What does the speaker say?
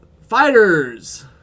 fighters